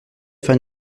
faire